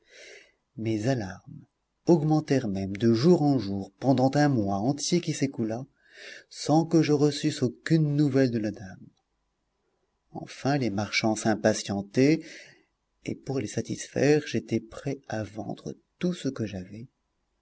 mes alarmes augmentèrent même de jour en jour pendant un mois entier qui s'écoula sans que je reçusse aucune nouvelle de la dame enfin les marchands s'impatientaient et pour les satisfaire j'étais prêt à vendre tout ce que j'avais